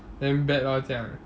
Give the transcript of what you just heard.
damn bad lor 这样